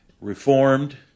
Reformed